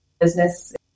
business